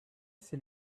c’est